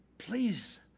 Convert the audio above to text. Please